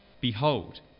Behold